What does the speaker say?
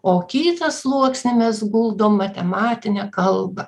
o kitą sluoksnį mes guldom matematinę kalbą